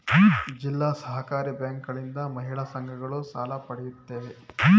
ಜಿಲ್ಲಾ ಸಹಕಾರಿ ಬ್ಯಾಂಕುಗಳಿಂದ ಮಹಿಳಾ ಸಂಘಗಳು ಸಾಲ ಪಡೆಯುತ್ತವೆ